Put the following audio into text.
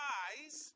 eyes